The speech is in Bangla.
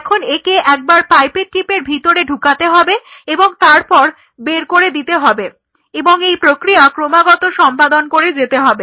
এখন একে একবার পাইপেট টিপের ভিতরে ঢুকাতে হবে এবং তারপর বাইরে বের করে দিতে হবে এবং এই প্রক্রিয়া ক্রমাগত সম্পাদন করে যেতে হবে